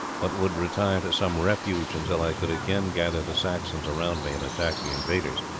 but would retire to some refuge until i could again gather the saxons around me and attack the invaders.